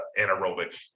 anaerobic